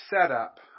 setup